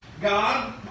God